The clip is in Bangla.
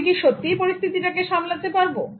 আমি কি সত্যিই পরিস্থিতিটাকে সামলাতে পারবো